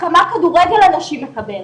כמה כדורגל הנשים מקבל.